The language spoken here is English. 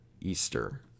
Easter